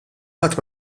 ħadd